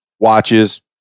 watches